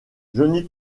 johnny